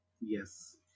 Yes